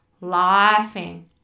laughing